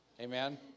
amen